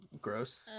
gross